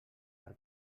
per